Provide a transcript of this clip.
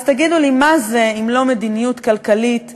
אז תגידו לי מה זה אם לא מדיניות כלכלית שגויה,